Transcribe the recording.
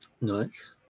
Nice